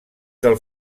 del